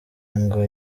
ngo